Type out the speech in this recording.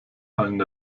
allen